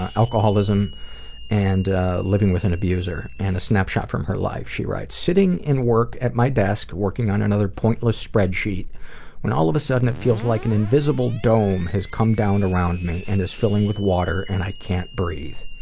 ah alcoholism and living with an abuser, and a snapshot from her life she writes, sitting in work at my desk working on another pointless spreadsheet when all of a sudden, it feels like an invisible dome has come down around me and is filling with water and i can't breathe.